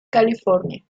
california